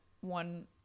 one